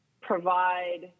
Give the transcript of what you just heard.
provide